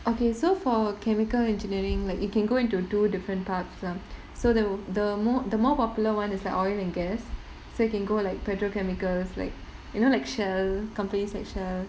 okay so for chemical engineering like you can go into two different parts lah so the the more the more popular [one] is like oil and gas so you can go like petrochemicals like you know like Shell companies like Shell